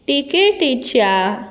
ticket इच्छा